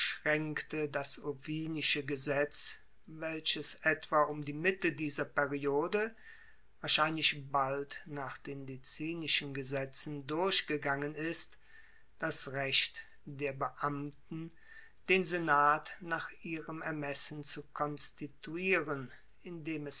das ovinische gesetz welches etwa um die mitte dieser periode wahrscheinlich bald nach den licinischen gesetzen durchgegangen ist das recht der beamten den senat nach ihrem ermessen zu konstituieren indem es